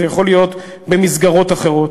זה יכול להיות במסגרות אחרות,